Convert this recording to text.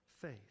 faith